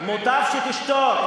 מוטב שתשתוק.